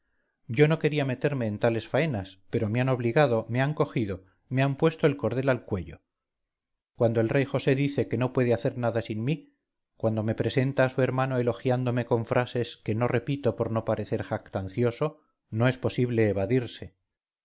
yo no quería meterme en tales faenas pero me han obligado me han cogido me han puesto el cordel al cuello cuando el rey josé dice que no puede hacer nada sin mí cuando me presenta a su hermano elogiándome con frases que no repito por no parecer jactancioso no es posible evadirse